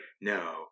no